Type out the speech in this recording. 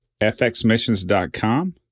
fxmissions.com